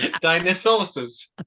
Dinosaurs